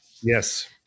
Yes